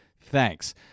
Thanks